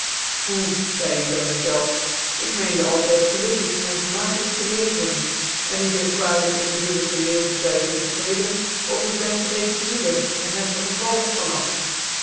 hoe zcidc ik by my zclven ik meende altijd gelukkig en vermakelijk televen en ik ben kwalijk in diergelijk een levenswijs gctrccdcn of ik ben't reeds moede en heb er een walg van at